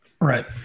Right